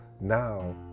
now